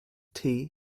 tea